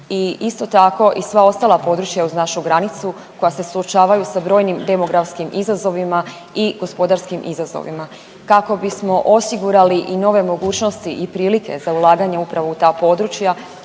isto tako i sva ostala područja uz našu granicu koja se suočavaju sa brojnim demografskim izazovima i gospodarskim izazovima kako bismo osigurali i nove mogućnosti i prilike za ulaganje upravo u ta područja,